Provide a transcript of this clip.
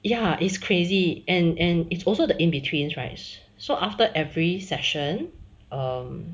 ya is crazy and and it's also the in betweens right so after every session um